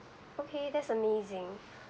okay that's amazing